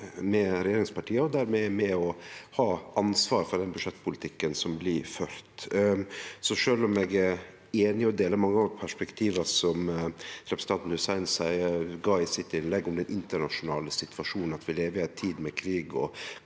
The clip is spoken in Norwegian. med regjeringspartia, der ein er med på å ha ansvaret for den budsjettpolitikken som blir ført. Så sjølv om eg er einig i og deler mange av perspektiva som representanten Hussein gav i sitt innlegg om den internasjonale situasjonen, at vi lever i ei tid med krig og